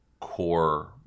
core